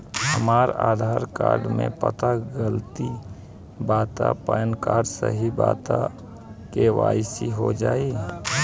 हमरा आधार कार्ड मे पता गलती बा त पैन कार्ड सही बा त के.वाइ.सी हो जायी?